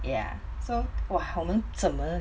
ya so !wah! 我们怎么:men zen me